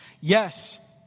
Yes